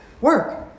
work